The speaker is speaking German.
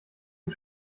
die